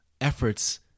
efforts